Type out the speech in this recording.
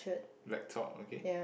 black top okay